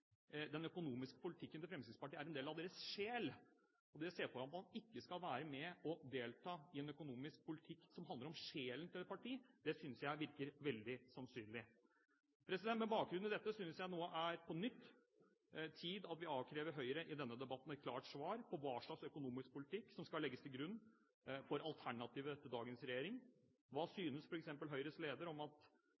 den økonomiske politikken til Fremskrittspartiet er en del av deres sjel, og der ser jeg for meg at man ikke skal være med og delta i en økonomisk politikk som handler om sjelen til et parti. Det synes jeg virker veldig sannsynlig. Med bakgrunn i dette synes jeg nå det på nytt er på tide at vi avkrever Høyre i denne debatten et klart svar på hva slags økonomisk politikk som skal legges til grunn for alternativet til dagens regjering. Hva